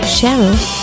Cheryl